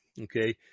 okay